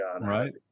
Right